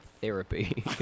therapy